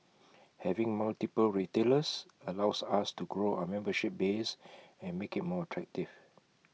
having multiple retailers allows us to grow our membership base and make IT more attractive